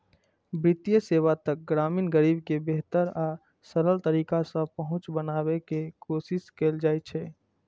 वित्तीय सेवा तक ग्रामीण गरीब के बेहतर आ सरल तरीका सं पहुंच बनाबै के कोशिश कैल जाइ छै